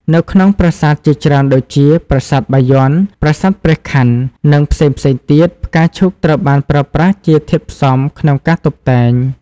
នៅក្នុងប្រាសាទជាច្រើនដូចជា ប្រាសាទបាយ័ន ប្រាសាទព្រះខ័ន និងផ្សេងៗទៀត ផ្កាឈូកត្រូវបានប្រើប្រាស់ជាធាតុផ្សំក្នុងការតុបតែង។